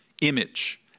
image